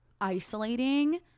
isolating